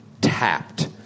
tapped